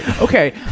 Okay